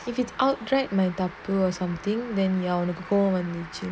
if it outright like தப்பு:thappu or something then ya we go on a